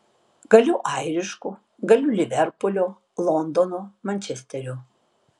galiu airišku galiu liverpulio londono mančesterio